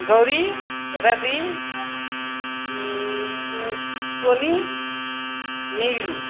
Gauri Ravi Soni Neelu